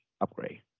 upgrade